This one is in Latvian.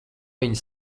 viņa